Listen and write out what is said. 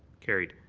carried.